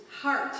heart